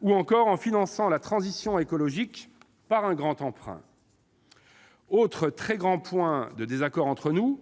ou encore le financement de la transition écologique par un grand emprunt. Autre très grand point de désaccord entre nous :